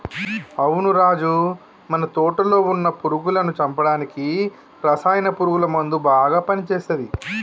అవును రాజు మన తోటలో వున్న పురుగులను చంపడానికి రసాయన పురుగుల మందు బాగా పని చేస్తది